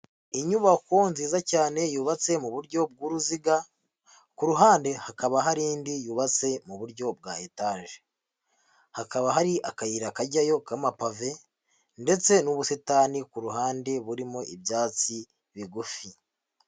Inyubako nziza cyane yubatse mu buryo bw'uruziga, ku ruhande hakaba hari indi yubatse mu buryo bwa etaje, hakaba hari akayira kajyayo k'amapave ndetse n'ubusitani ku ruhande burimo ibyatsi bigufi.